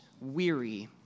weary